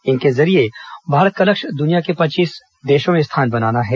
इनके जरिये भारत का लक्ष्य दुनिया के पहले पच्चीस देशों में स्थान बनाना है